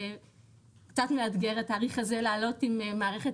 קצת מאתגר התאריך הזה לעלות עם מערכת